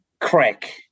crack